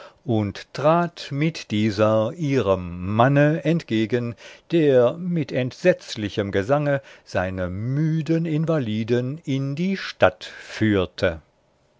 und trat mit dieser ihrem manne entgegen der mit entsetzlichem gesange seine müden invaliden in die stadt führte